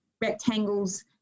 rectangles